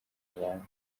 abandi